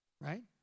Right